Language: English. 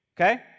okay